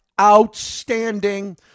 Outstanding